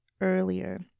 earlier